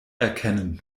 erkennen